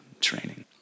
training